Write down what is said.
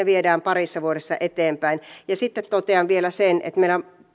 viedään parissa vuodessa eteenpäin ja sitten totean vielä sen että meillä